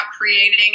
creating